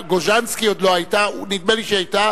גוז'נסקי עוד לא היתה, נדמה לי שהיא היתה.